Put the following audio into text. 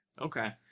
Okay